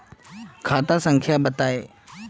खाता संख्या बताई?